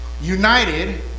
United